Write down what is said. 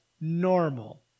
normal